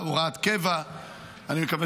אני מתכבד